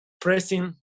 pressing